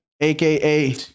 Aka